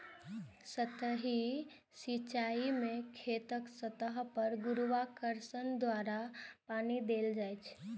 सतही सिंचाइ मे खेतक सतह पर गुरुत्वाकर्षण द्वारा पानि देल जाइ छै